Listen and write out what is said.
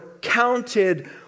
counted